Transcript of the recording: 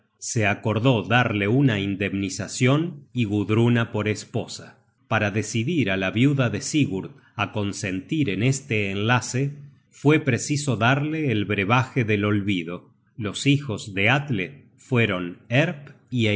se acordó darle una indemnizacion y gudruna por esposa para decidir á la viuda de sigurd á consentir en este enlace fue preciso darla el brevaje del olvido los hijos de alle fueron